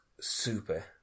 super